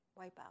wipeout